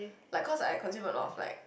like cause I consume a lot of like